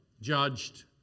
judged